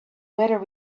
whether